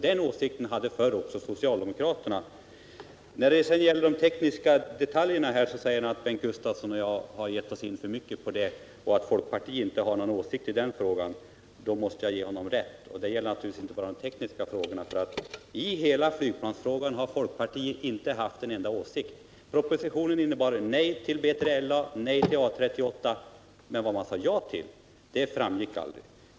Den åsikten hade tidigare också socialdemokraterna. Lars De Geer säger vidare att Bengt Gustavsson och jag har gått alltför långt in på de tekniska detaljerna och att folkpartiet inte har någon åsikt i de frågorna. I det måste jag ge honom rätt. Det gäller inte heller bara i vad avser de tekniska frågorna — folkpartiet har nämligen inte haft en enda åsikt i hela flygplansfrågan. Propositionen innebar nej till BILA och nej till A 38, men vad man sade ja till framgick inte.